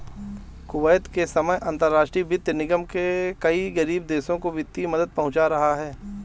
Kuwait के समय अंतरराष्ट्रीय वित्त निगम कई गरीब देशों को वित्तीय मदद पहुंचा रहा है